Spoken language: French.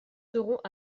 serons